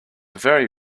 very